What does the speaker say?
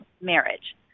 marriage